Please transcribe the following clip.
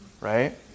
right